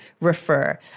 refer